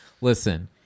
Listen